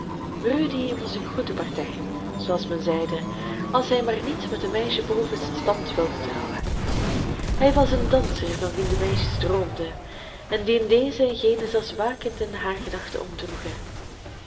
rudy was een goede partij zooals men zeide als hij maar niet met een meisje boven zijn stand wilde trouwen hij was een danser van wien de meisjes droomden en dien deze en gene zelfs wakend in haar gedachten